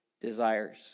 desires